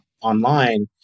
online